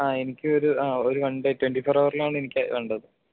ആ എനിക്കൊരു ആ ഒരു വൺ ഡേ ട്വൻ്റി ഫോർ ഹവറിലാണ് എനിക്ക് വേണ്ടത്